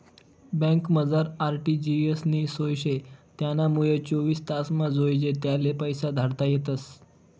बँकमझार आर.टी.जी.एस नी सोय शे त्यानामुये चोवीस तासमा जोइजे त्याले पैसा धाडता येतस